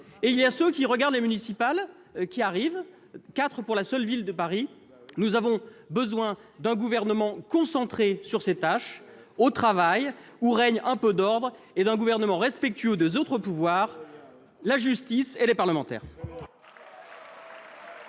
?-, ceux qui regardent les prochaines municipales- quatre pour la seule ville de Paris ... Nous avons besoin d'un Gouvernement concentré sur ses tâches, au travail, où règne un peu d'ordre, d'un Gouvernement respectueux des autres pouvoirs, la justice et les parlementaires.